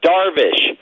Darvish